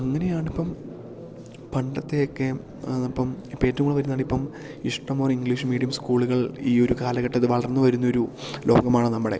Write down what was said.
അങ്ങനെയാണിപ്പം പണ്ടത്തെയൊക്കെ അപ്പം ഇപ്പം ഏറ്റവും കൂടുതൽ വരുന്നതാണിപ്പം ഇഷ്ടംപോലെ ഇംഗ്ലീഷ് മീഡിയം സ്കൂളുകൾ ഈ ഒരു കാലഘട്ടത്ത് വളർന്ന് വരുന്നൊരു ലോകമാണ് നമ്മുടെ